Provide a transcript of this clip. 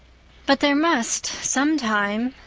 but there must sometime,